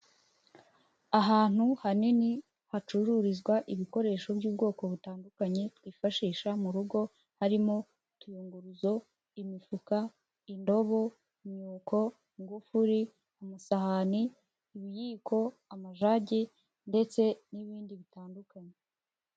Ahantu hanini, hacururizwa ibikoresho by'ubwoko butandukanye, twifashisha mu rugo harimo, utuyunguruzo, imifuka, indobo, imyuko, ingufuri, amasahani, ibiyiko, amajagi ndetse n'ibindi bitandukanye.